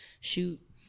shoot